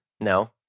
no